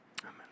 Amen